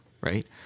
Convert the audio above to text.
right